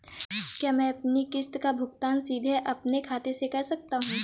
क्या मैं अपनी किश्त का भुगतान सीधे अपने खाते से कर सकता हूँ?